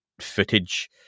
footage